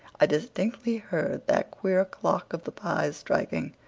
i distinctly heard that queer clock of the pyes' striking.